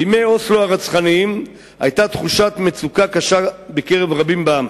בימי אוסלו הרצחניים היתה תחושת מצוקה קשה בקרב אנשים רבים בעם.